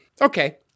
Okay